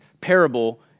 parable